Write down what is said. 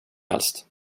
helst